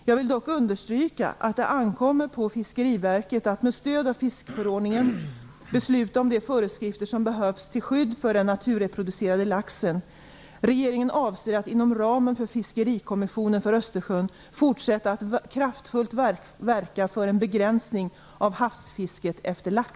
Jag vill dock understryka att det ankommer på Fiskeriverket att med stöd av fiskeförordningen besluta om de föreskrifter som behövs till skydd för den naturreproducerande laxen. Regeringen avser att inom ramen för Fiskerikommissionen för Östersjön fortsätta att kraftfullt verka för en begränsning av havsfisket efter lax.